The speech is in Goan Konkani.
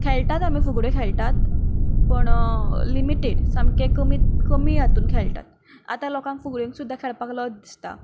खेळटात आमी फुगड्यो खेळटात पूण लिमिटेड सामकें कमी कमी हातूंत खेळटात आतां लोकांक फुगड्यो सुदां खेळपाक लज दिसता